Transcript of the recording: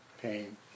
pain